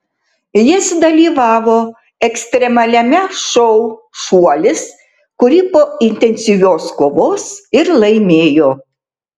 jis dalyvavo ekstremaliame šou šuolis kurį po intensyvios kovos ir laimėjo